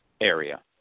area